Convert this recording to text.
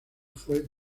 fue